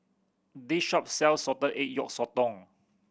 this shop sells salted egg yolk sotong